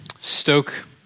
stoke